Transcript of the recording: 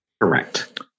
Correct